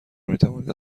میتوانید